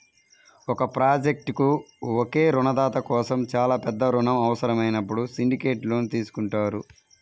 ఒక ప్రాజెక్ట్కు ఒకే రుణదాత కోసం చాలా పెద్ద రుణం అవసరమైనప్పుడు సిండికేట్ లోన్ తీసుకుంటారు